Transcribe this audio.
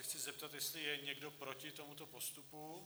Chci se zeptat, jestli je někdo proti tomuto postupu?